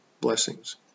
blessings